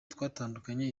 twatandukanye